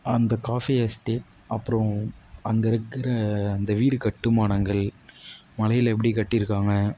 அந்த coffee estate அப்புறம் அங்கே இருக்கிற அந்த வீடு கட்டுமானங்கள் மலையில் எப்படி கட்டியிருக்காங்க